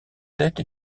tête